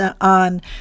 on